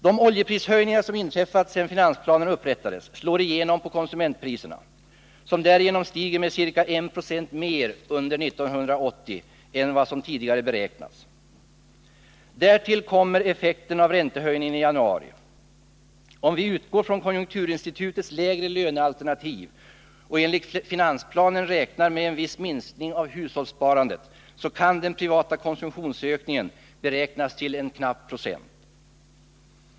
De oljeprishöjningar som inträffat sedan finansplanen upprättades slår igenom på konsumentpriserna, som därigenom stiger med ca 1 20 mer under 1980 än vad som tidigare beräknats. Därtill kommer effekten av räntehöjningen i januari. Om vi utgår från konjunkturinstitutets lägre lönealternativ och enligt finansplanen räknar med viss minskning av hushållssparandet, kan den privata konsumtionsökningen beräknas till en knapp procent.